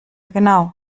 genau